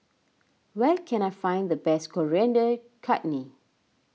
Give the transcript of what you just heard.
where can I find the best Coriander Chutney